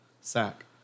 sack